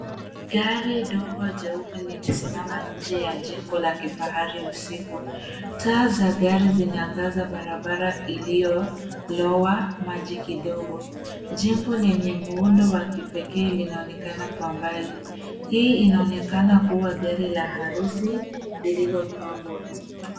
Gari dogo jeupe limesimama nje ya jengo la kifahari usiku. Taa za gari zinaangaza barabara iliyolowa maji kidogo. Jengo lenye muundo wa kipekee linaonekana kwa mbali. Hii inaonekana kuwa gari la harusi lililopambwa.